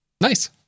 Nice